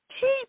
keep